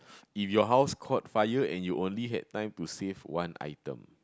if your house caught fire and you only had time to save one item